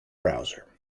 browser